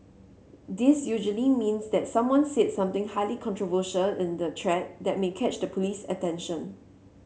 this usually means that someone said something highly controversial in the thread that may catch the police's attention